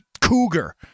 Cougar